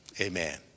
amen